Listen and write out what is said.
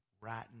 right